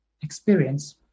experience